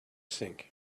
think